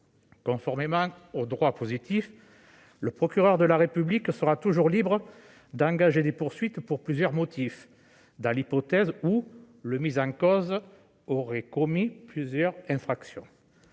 Conformément au droit positif, le procureur de la République sera toujours libre d'engager des poursuites pour plusieurs motifs dans l'hypothèse où le mis en cause aurait commis plusieurs infractions.